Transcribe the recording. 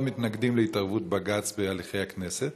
מתנגדים להתערבות בג"ץ בהליכי הכנסת.